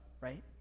right